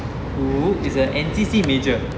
who is a N_C_C major